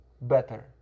better